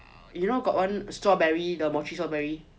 you know got one strawberry mochi strawberry